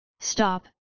Stop